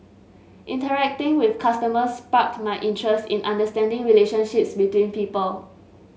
interacting with customers sparked my interest in understanding relationships between people